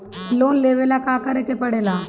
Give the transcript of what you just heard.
Loan लेबे ला का करे के पड़े ला?